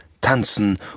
tanzen